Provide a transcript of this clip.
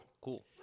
Cool